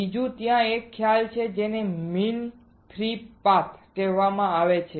બીજું ત્યાં એક ખ્યાલ છે જેને મીન ફ્રી પાથ કહેવાય છે